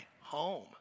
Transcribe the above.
home